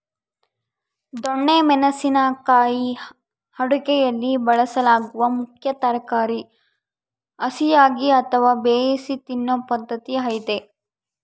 ದೊಣ್ಣೆ ಮೆಣಸಿನ ಕಾಯಿ ಅಡುಗೆಯಲ್ಲಿ ಬಳಸಲಾಗುವ ಮುಖ್ಯ ತರಕಾರಿ ಹಸಿಯಾಗಿ ಅಥವಾ ಬೇಯಿಸಿ ತಿನ್ನೂ ಪದ್ಧತಿ ಐತೆ